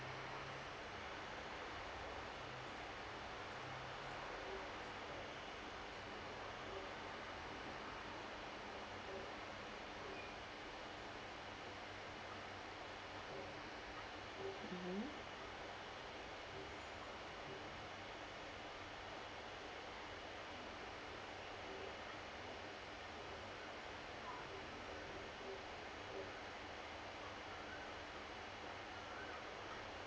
mmhmm